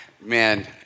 Man